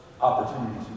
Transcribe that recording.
opportunities